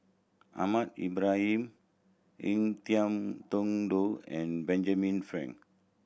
Ahmad Ibrahim Ngiam Tong Dow and Benjamin Frank